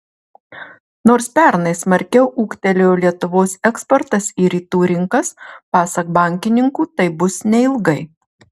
nors pernai smarkiau ūgtelėjo lietuvos eksportas į rytų rinkas pasak bankininkų taip bus neilgai